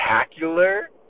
spectacular